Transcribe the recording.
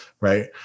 Right